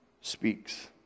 speaks